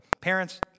Parents